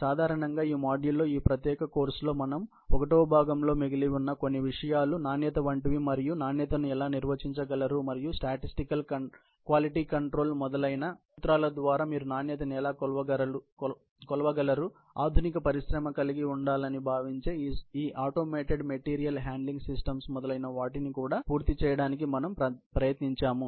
సాధారణంగా ఈ మాడ్యూల్లో ఈ ప్రత్యేక కోర్సులో మనం 1 వ భాగంలో మిగిలి ఉన్న కొన్ని విషయాలు నాణ్యత వంటివి మరియు మీరు నాణ్యతను ఎలా నిర్వచించగలరు మరియు స్టాటస్టికల్ క్వాలిటీ కంట్రోల్ సూత్రాల ద్వారా మీరు నాణ్యతను ఎలా కొలవగలరు ఆధునిక పరిశ్రమ కలిగి ఉండాలని భావించే ఈ ఆటోమేటెడ్ మెటీరియల్ హ్యాండ్లింగ్ సిస్టమ్స్ మొదలైనవాటిని కూడా పూర్తి చేయడానికి మనం ప్రయత్నించాము